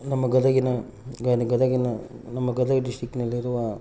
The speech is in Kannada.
ನಮ್ಮ ಗದಗಿನ ಗದ್ ಗದಗಿನ ನಮ್ಮ ಗದಗ ಡಿಸ್ಟ್ರಿಕ್ಕಿನಲ್ಲಿರುವ